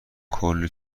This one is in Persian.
کلی